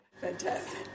Fantastic